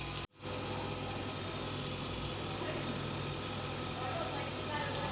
विश्व रो तेसरो सबसे बड़ो अर्थव्यवस्था भारत छिकै